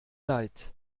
leid